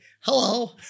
hello